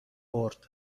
کرد